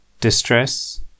distress